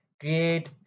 Create